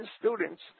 students